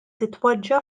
titpoġġa